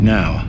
now